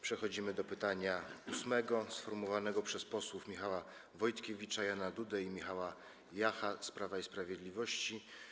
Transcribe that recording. Przechodzimy do pytania ósmego, sformułowanego przez posłów Michała Wojtkiewicza, Jana Dudę i Michała Jacha z Prawa i Sprawiedliwości.